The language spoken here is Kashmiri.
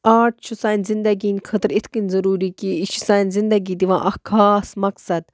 آرٹ چھُ سانہِ زِندگی ہِنٛدۍ خٲطرٕ یِتھ کٔنۍ ضروٗری کہِ یہِ چھُ سانہِ زِندگی دِوان اکھ خاص مقصد